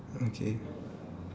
okay